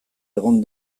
egon